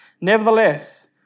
Nevertheless